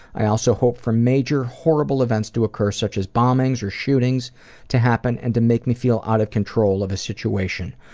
i also hope for major horrible events to occur such as bombings or shootings to happen and to make me feel out of control of a situation.